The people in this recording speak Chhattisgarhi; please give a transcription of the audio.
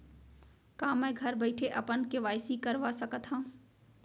का मैं घर बइठे अपन के.वाई.सी करवा सकत हव?